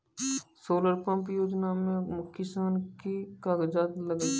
Solar pump योजना म किसान के की कागजात लागै छै?